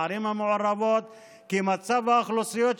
בערים המעורבות, כי מצב האוכלוסיות שם,